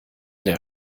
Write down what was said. der